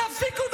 יוסי,